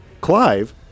Clive